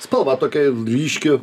spalva tokia ryški